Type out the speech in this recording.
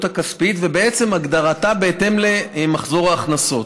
הכספית והגדרתה בהתאם למחזור ההכנסות.